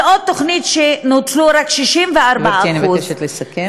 ובעוד תוכנית נוצלו רק 64% גברתי, אני מבקשת לסכם.